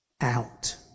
out